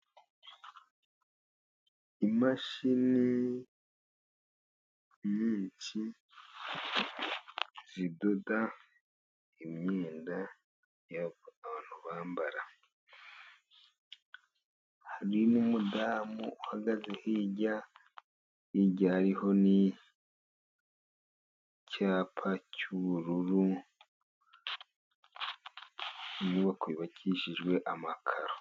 Imashini nyinshi zidoda imyenda y'abantu bambara, hari n'umudamu uhagaze hirya hariho n'icyapa cy'ubururu inyubako yubakishijwe amakaro.